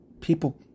people